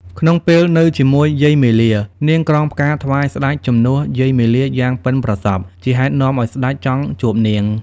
ក្នុងពេលនៅជាមួយយាយមាលា នាងក្រងផ្កាថ្វាយស្តេចជំនួសយាយមាលាយ៉ាងប៉ិនប្រសប់ ជាហេតុនាំឱ្យស្តេចចង់ជួបនាង។